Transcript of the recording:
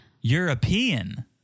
European